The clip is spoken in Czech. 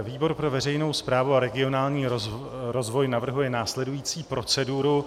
Výbor pro veřejnou správu a regionální rozvoj navrhuje následující proceduru.